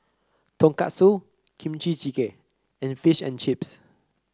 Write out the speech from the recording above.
Tonkatsu Kimchi Jigae and Fish and Chips